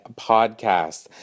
podcast